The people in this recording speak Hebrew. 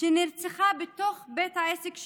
שנרצחה בתוך בית העסק שלה,